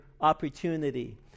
opportunity